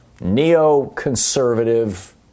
neo-conservative